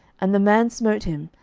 and the man smote him,